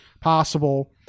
possible